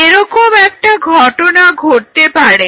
এরকম একটা ঘটনা ঘটতে পারে